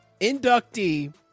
inductee